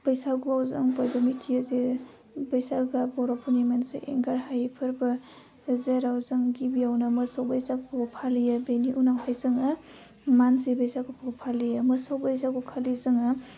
बैसागुआव जों बयबो मिथियोजे बैसागोआ बर'फोरनि मोनसे एंगारहायै फोरबो जेराव जों गिबियावनो मोसौ बैसागोखौ फालियो बिनि उनावहाय जोङो मानसि बैसागुखौ फालियो मोसौ बैसागुखालि जोङो